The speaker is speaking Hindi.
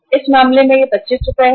इस मामले में यह 25 रुपये है